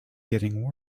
getting